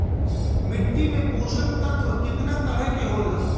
मिट्टी में पोषक तत्व कितना तरह के होला?